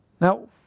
Now